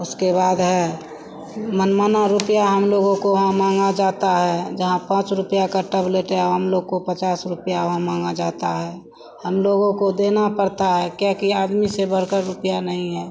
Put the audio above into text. उसके बाद है मनमाना रुपया हमलोगों को वहाँ माँगा जाता है जहाँ पाँच रुपया का टैबलेट है हमलोग को पचास रुपया वहाँ माँगा जाता है हमलोगों को देना पड़ता है क्योंकि आदमी से बढ़कर रुपया नहीं है